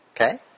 Okay